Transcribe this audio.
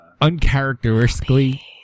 Uncharacteristically